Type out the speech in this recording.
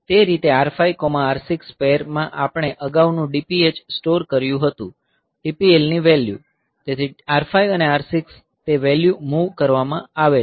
તે રીતે R5 R6 પૈર માં આપણે અગાઉનું DPH સ્ટોર કર્યું હતું DPLની વેલ્યુ તેથી R5 અને R6 થી તે વેલ્યુ મૂવ કરવામાં આવે છે